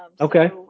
okay